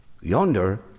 Yonder